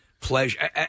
pleasure